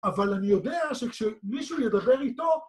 אבל אני יודע שכשמישהו ידבר איתו...